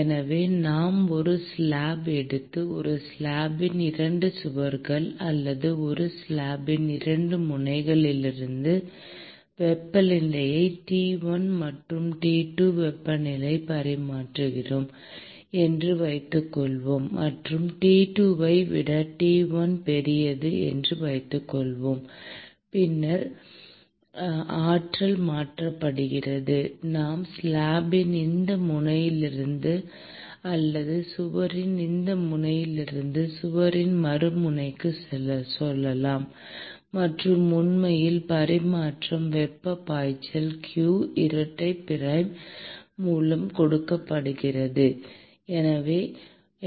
எனவே நாம் ஒரு ஸ்லாப் எடுத்து ஒரு ஸ்லாப்பின் 2 சுவர்கள் அல்லது ஒரு ஸ்லாப்பின் 2 முனைகளின் வெப்பநிலையை T 1 மற்றும் T 2 வெப்பநிலையில் பராமரிக்கிறோம் என்று வைத்துக்கொள்வோம் மற்றும் T 2 ஐ விட T 1 பெரியது என்று வைத்துக்கொள்வோம் பின்னர் ஆற்றல் மாற்றப்படுகிறது நாம் ஸ்லாப்பின் இந்த முனையிலிருந்து அல்லது சுவரின் இந்த முனையிலிருந்து சுவரின் மறுமுனைக்கு சொல்லலாம் மற்றும் உண்மையில் பரிமாற்றப்படும் வெப்பப் பாய்ச்சல் q இரட்டைப் பிரைம் மூலம் கொடுக்கப்படுகிறது